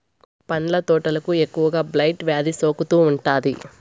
పండ్ల తోటలకు ఎక్కువగా బ్లైట్ వ్యాధి సోకుతూ ఉంటాది